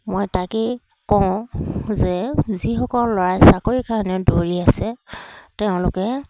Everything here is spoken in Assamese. মই তাকেই কওঁ যে যিসকল ল'ৰাই চাকৰিৰ কাৰণে দৌৰি আছে তেওঁলোকে